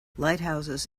lighthouses